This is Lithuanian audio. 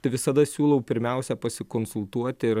tai visada siūlau pirmiausia pasikonsultuoti ir